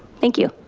thank you.